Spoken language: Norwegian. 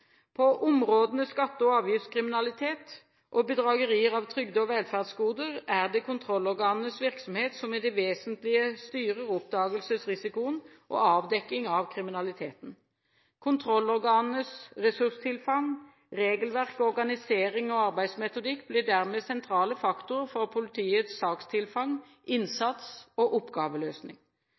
På områdene skatte- og avgiftskriminalitet og bedragerier av trygde- og velferdsgoder er det kontrollorganenes virksomhet som i det vesentlige styrer oppdagelsesrisikoen og avdekking av kriminaliteten. Kontrollorganenes ressurstilfang, regelverk, organisering og arbeidsmetodikk blir dermed sentrale faktorer for politiets sakstilfang, innsats og oppgaveløsning.